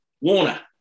Warner